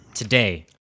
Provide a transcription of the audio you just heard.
Today